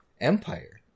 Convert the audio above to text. empire